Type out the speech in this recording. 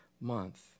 month